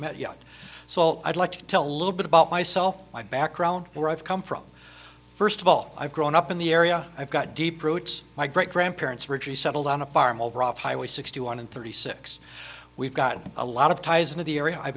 met yet so i'd like to tell a little bit about myself my background where i've come from first of all i've grown up in the area i've got deep roots my great grandparents richie settled on a farm over off highway sixty one and thirty six we've got a lot of ties in the area i've